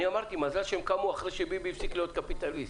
אני אמרתי מזל שהם קמו אחרי שביבי הפסיק להיות קפיטליסט.